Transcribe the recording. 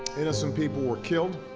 and some people were killed.